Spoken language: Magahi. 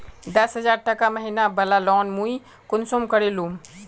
दस हजार टका महीना बला लोन मुई कुंसम करे लूम?